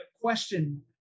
question